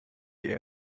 die